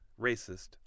racist